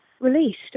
released